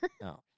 No